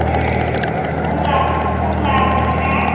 ओं कमला मोनोना